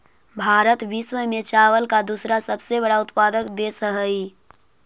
भारत विश्व में चावल का दूसरा सबसे बड़ा उत्पादक देश हई